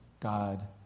God